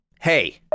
Hey